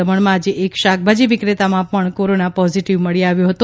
દમણમાં આજે એક શાકભાજી વિક્રેતામાં પણ કોરોના પોઝીટીવ મળી આવ્યો છે